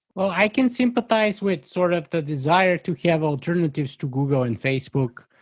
well, i can sympathize with sort of the desire to have alternatives to google and facebook